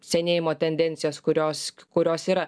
senėjimo tendencijas kurios kurios yra